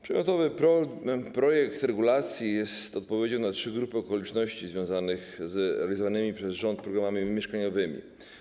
Przedmiotowy projekt regulacji jest odpowiedzią na trzy grupy okoliczności związanych z realizowanymi przez rząd programami mieszkaniowymi.